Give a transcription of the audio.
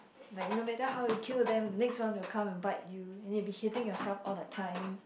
like no matter how you kill them the next one will come and bite you and you'll be hitting yourself all the time